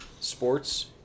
sports